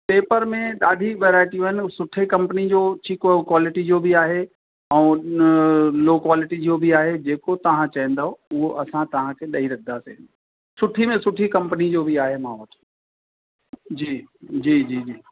paper में ॾाढी वैराएटियूं आहिनि सुठे कंपनी जो उची कॉलेटी जो बि आहे ऐं लॉ कॉलिटी जो बि आहे जेको तव्हां चवंदव उहो असां तव्हांखे ॾेई रखंदासीं सुठी में सुठी कंपनी जो बि आहे मां वटि जी जी जी जी